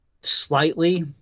slightly